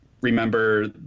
remember